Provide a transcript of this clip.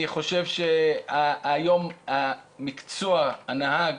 אני חושב שהיום מקצוע הנהג